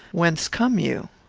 whence come you?